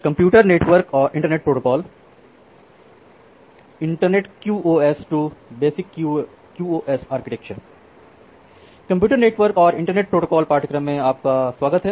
computer network और internet protocol पाठ्यक्रम में आपका स्वागत है